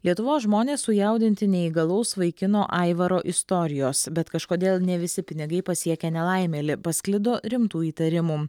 lietuvos žmonės sujaudinti neįgalaus vaikino aivaro istorijos bet kažkodėl ne visi pinigai pasiekė nelaimėlį pasklido rimtų įtarimų